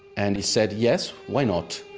and he said, yes, why not?